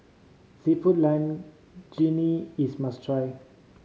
Seafood Linguine is a must try